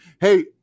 Hey